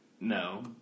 No